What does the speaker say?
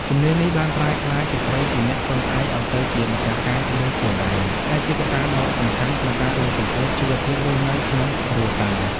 ជំនាញនេះបានប្រែក្លាយស្ត្រីពីអ្នកពឹងផ្អែកឲ្យទៅជាម្ចាស់ការលើខ្លួនឯង ដែលជាកត្តាដ៏សំខាន់ក្នុងការលើកកម្ពស់ជីវភាពរស់នៅក្នុងគ្រួសារ។